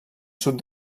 sud